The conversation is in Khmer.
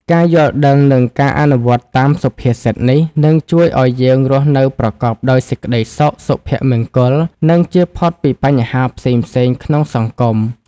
ការយល់ដឹងនិងការអនុវត្តតាមសុភាសិតនេះ នឹងជួយឱ្យយើងរស់នៅប្រកបដោយសេចក្តីសុខ សុភមង្គល និងចៀសផុតពីបញ្ហាផ្សេងៗក្នុងសង្គម។